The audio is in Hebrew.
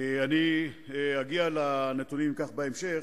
אגיע לנתונים בהמשך,